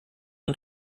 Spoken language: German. und